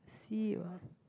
see it what